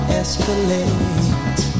escalate